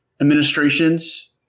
administrations